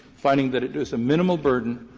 finding that it was a minimal burden,